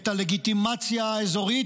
את הלגיטימציה האזורית,